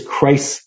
Christ